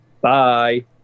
Bye